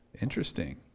Interesting